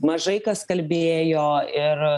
mažai kas kalbėjo ir